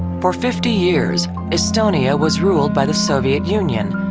for fifty years estonia was ruled by the soviet union,